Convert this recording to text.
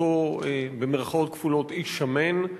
אותו "איש שמן",